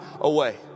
away